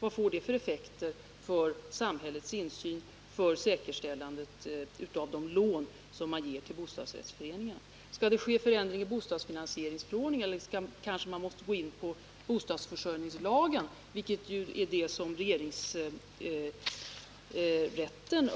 Vad får det för effekter för samhällets insyn, för säkerställandet av de lån man ger till bostadsrättsföreningarna? Skall det ske en förändring i bostadsfinansieringsförordningen eller kanske man måste gå in på bostadsförsörjningslagen? Det senare är vad regeringsrätten